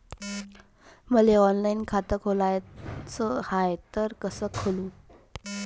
मले ऑनलाईन खातं खोलाचं हाय तर कस खोलू?